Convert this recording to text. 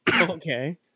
okay